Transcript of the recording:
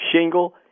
shingle